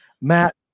Matt